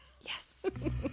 yes